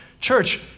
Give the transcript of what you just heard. Church